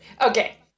Okay